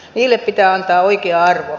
niille pitää antaa oikea arvo